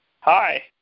Hi